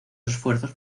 esfuerzos